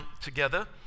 together